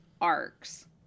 arcs